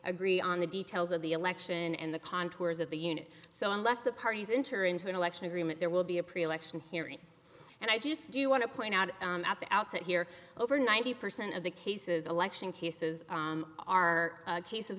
agree on the details of the election and the contours of the unit so unless the parties in here into an election agreement there will be a pre election hearing and i just do want to point out at the outset here over ninety percent of the cases election cases are cases